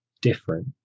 different